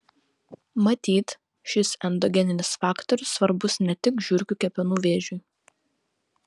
matyt šis endogeninis faktorius svarbus ne tik žiurkių kepenų vėžiui